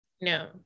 No